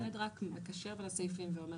סעיף (ד) רק מקשר בין הסעיפים ואומר